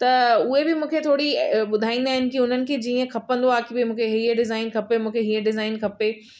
त उहे बि मूंखे थोरी ॿुधाईंदा आहिनि की उन्हनि खे जीअं खपंदो आहे की मूंखे हीअं डिजाइन खपे मूंखे हीअं डिजाइन खपे